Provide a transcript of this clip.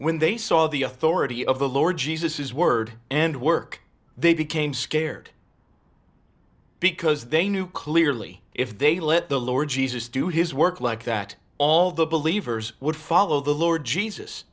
when they saw the authority of the lord jesus his word and work they became scared because they knew clearly if they let the lord jesus do his work like that all the believers would follow the lord jesus